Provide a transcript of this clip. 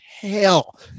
hell